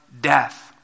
death